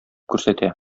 күрсәтә